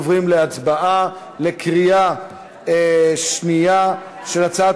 אנחנו עוברים להצבעה בקריאה שנייה של הצעת